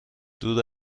دور